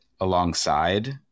alongside